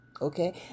okay